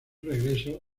regreso